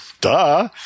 duh